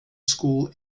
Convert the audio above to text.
school